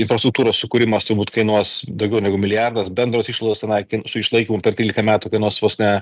infrastruktūros sukūrimas turbūt kainuos daugiau negu milijardas bendros išlaidos tenai kain su išlaikymu per trylika metų kainuos vos ne